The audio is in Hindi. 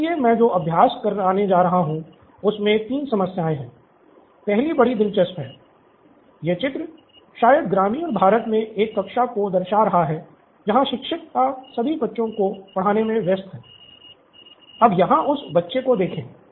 इसलिए मैं जो अभ्यास कराने जा रहा हूं उसमे तीन जो स्पष्ट रूप से विचलित है